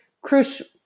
crucial